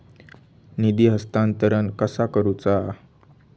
निधी हस्तांतरण कसा करुचा?